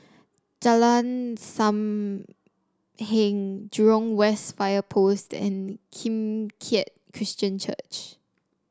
Jalan Sam Heng Jurong West Fire Post and Kim Keat Christian Church